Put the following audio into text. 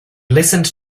listened